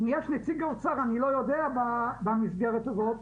אם נמצא כאן נציג האוצר אני לא יודע במסגרת הזאת,